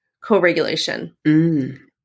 co-regulation